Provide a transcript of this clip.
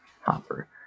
Hopper